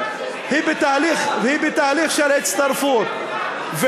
היא בתהליך של הצטרפות,